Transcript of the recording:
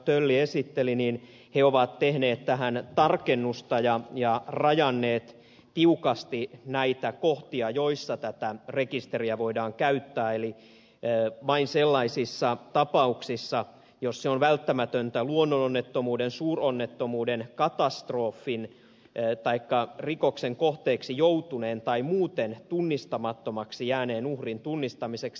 tölli esitteli niin he ovat tehneet tähän tarkennusta ja rajanneet tiukasti näitä kohtia joissa tätä rekisteriä voidaan käyttää eli vain sellaisissa tapauksissa jos se on välttämätöntä luonnononnettomuuden suuronnettomuuden katastrofin taikka rikoksen kohteeksi joutuneen tai muuten tunnistamattomaksi jääneen uhrin tunnistamiseksi